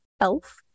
elf